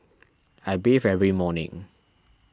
I bathe every morning